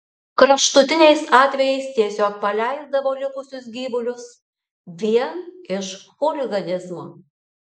kraštutiniais atvejais tiesiog paleisdavo likusius gyvulius vien iš chuliganizmo